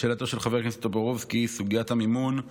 לשאלתו של חבר הכנסת טופורובסקי, סוגיית המימון,